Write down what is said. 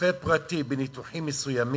רופא פרטי בניתוחים מסוימים,